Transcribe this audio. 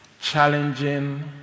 challenging